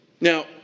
Now